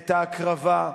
את ההקרבה,